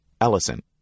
Ellison